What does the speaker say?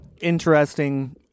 interesting